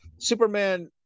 superman